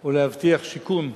היא להבטיח שיכון,